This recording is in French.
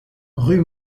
rue